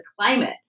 climate